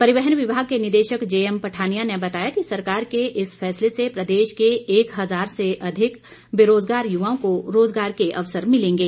परिवहन विभाग के निदेशक जेएमपठानिया ने बताया कि सरकार के इस फैसले से प्रदेश के एक हजार से अधिक बेरोजगार युवाओं को रोजगार के अवसर मिलेंगे